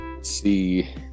see